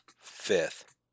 Fifth